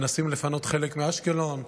מנסים לפנות חלק מאשקלון,